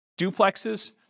duplexes